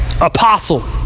Apostle